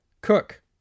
cook